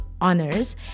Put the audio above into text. honors